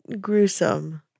gruesome